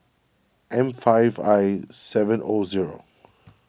M five I seven O zero